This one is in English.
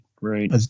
right